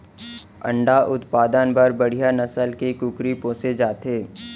अंडा उत्पादन बर बड़िहा नसल के कुकरी पोसे जाथे